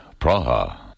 Praha